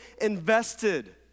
invested